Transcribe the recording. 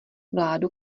vládu